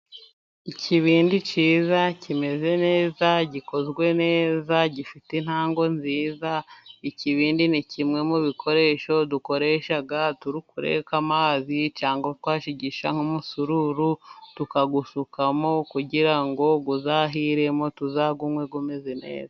Ikibindi cyiza kimeze neza ,gikozwe neza gifite intango nziza, ikibindi ni kimwe mu bikoresho dukoresha turi kureka amazi cyangwa twashigisha nk'umusururu tukawusukamo kugira ngo uzahiremo tuzawunywe umeze neza.